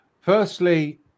Firstly